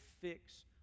fix